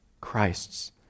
Christ's